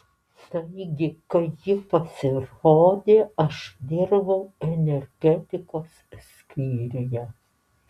taigi kai ji pasirodė aš dirbau energetikos skyriuje